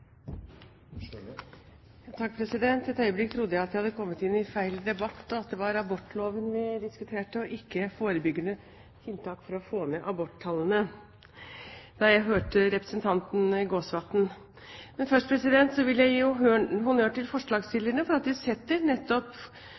øyeblikk trodde jeg da jeg hørte representanten Jæger Gåsvatn, at jeg hadde kommet inn i feil debatt, at det var abortloven vi diskuterte, og ikke forebyggende tiltak for å få ned aborttallene. Men først vil jeg gi honnør til forslagsstillerne for at de setter nettopp